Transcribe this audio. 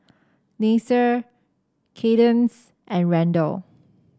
Nasir Cadence and Randel